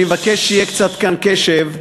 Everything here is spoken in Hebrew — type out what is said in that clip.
אני מבקש שיהיה כאן קצת קשב,